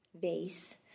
vase